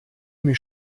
mich